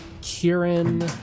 Kieran